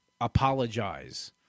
apologize